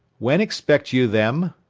when expect you them?